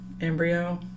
embryo